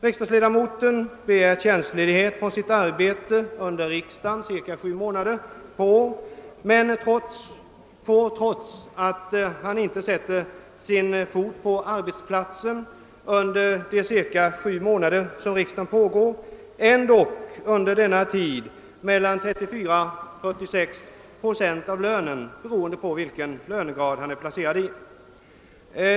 Riksdagsledamoten begär tjänstledighet från sitt arbete under riksdagstiden, men trots att han inte sätter sin fot på arbetsplatsen under de cirka sju månader som riksdagen pågår, får han ändock under denna tid behålla 34—46 procent av lönen beroende på vilken lönegrad han är placerad i.